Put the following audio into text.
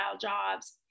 jobs